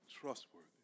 trustworthy